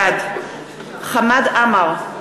בעד חמד עמאר,